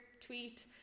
tweet